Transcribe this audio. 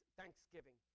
thanksgiving